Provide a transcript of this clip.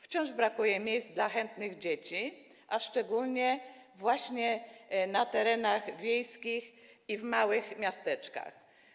Wciąż brakuje miejsc dla chętnych dzieci, a szczególnie na terenach wiejskich i w małych miasteczkach.